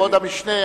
כבוד המשנה,